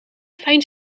fijn